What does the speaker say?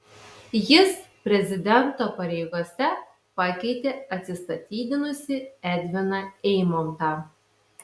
jis prezidento pareigose pakeitė atsistatydinusį edviną eimontą